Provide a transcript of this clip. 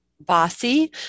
bossy